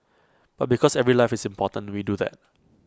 but because every life is important we do that